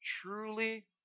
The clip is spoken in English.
truly